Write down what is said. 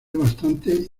bastante